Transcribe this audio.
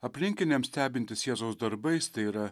aplinkiniams stebintis jėzaus darbais tai yra